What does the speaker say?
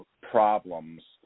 problems